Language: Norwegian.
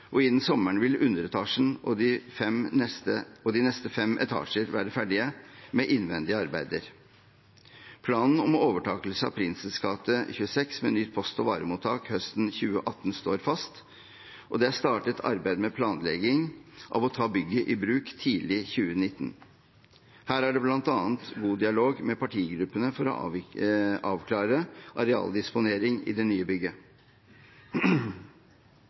og innen sommeren vil underetasjen og de neste fem etasjer være ferdige, med innvendige arbeider. Planen om overtakelse av Prinsens gate 26 med nytt post- og varemottak høsten 2018 står fast, og det er startet arbeid med planlegging av å ta bygget i bruk tidlig i 2019. Her er det bl.a. god dialog med partigruppene for å avklare arealdisponering i det nye bygget.